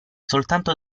soltanto